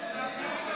לא.